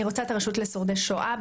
אני רוצה את הרשות לשורדי שואה,